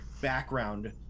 background